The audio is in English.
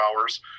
hours